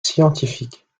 scientifiques